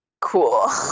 cool